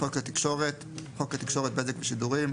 "חוק התקשורת" - חוק התקשורת (בזק ושידורים),